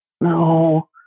No